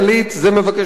זה מבקש מקלט,